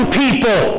people